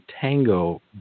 tango